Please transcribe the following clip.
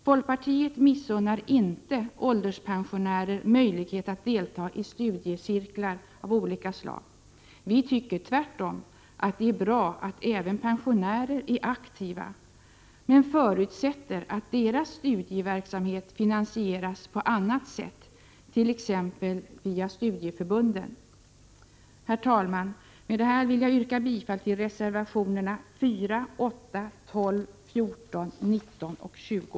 Folkpartiet missunnar inte ålderspensionärer möjligheten att delta i studiecirklar av olika slag. Vi tycker tvärtom att det är bra att även pensionärer är aktiva, men förutsätter att deras studieverksamhet finansieras på annat sätt, t.ex. genom studieförbunden. Herr talman! Med detta vill jag yrka bifall till reservationerna 4, 8, 12, 14, 19 och 20.